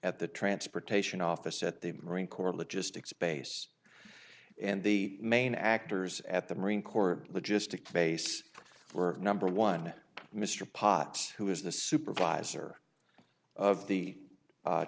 at the transportation office at the marine corps logistics base and the main actors at the marine corps logistics base were number one mr potts who is the supervisor of the